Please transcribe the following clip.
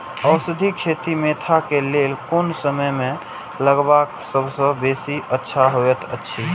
औषधि खेती मेंथा के लेल कोन समय में लगवाक सबसँ बेसी अच्छा होयत अछि?